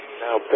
Now